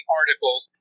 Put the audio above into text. articles